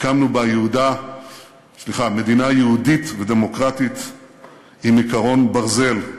הקמנו בה מדינה יהודית ודמוקרטית עם עקרון ברזל: